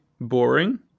boring